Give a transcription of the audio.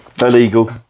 illegal